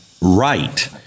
Right